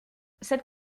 cette